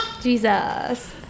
jesus